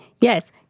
Yes